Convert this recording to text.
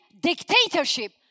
dictatorship